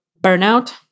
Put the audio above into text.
burnout